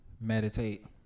meditate